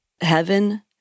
heaven